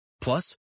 Plus